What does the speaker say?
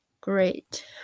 great